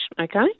okay